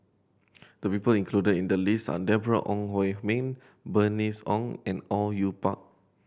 the people included in the list are Deborah Ong Hui Min Bernice Ong and Au Yue Pak